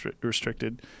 restricted